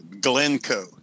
glencoe